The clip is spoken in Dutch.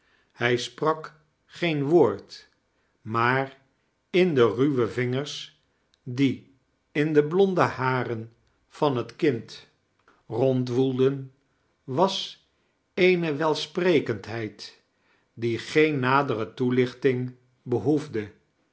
hij sprak geen woord maar in de ruwe vingers die in de blonde haren van het kind rondwoelden was eene welsprekendheid die geen nadere toelichting behoefde